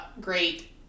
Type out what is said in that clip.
great